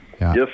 Yes